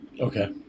okay